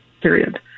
period